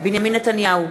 בנימין נתניהו,